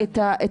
לא.